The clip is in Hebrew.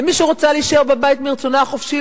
ומי שרוצה להישאר בבית מרצונה החופשי,